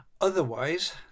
Otherwise